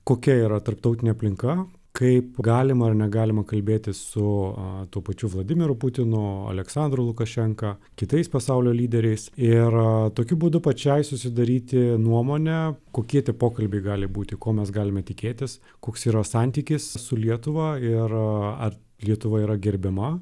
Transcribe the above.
kokia yra tarptautinė aplinka kaip galima ar negalima kalbėtis su tuo pačiu vladimiru putinu aleksandru lukašenka kitais pasaulio lyderiais ir tokiu būdu pačiai susidaryti nuomonę kokie tie pokalbiai gali būti ko mes galime tikėtis koks yra santykis su lietuva ir ar lietuva yra gerbiama